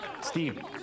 Steve